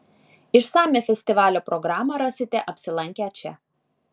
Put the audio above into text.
išsamią festivalio programą rasite apsilankę čia